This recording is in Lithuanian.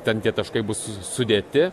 ten tie taškai bus su sudėti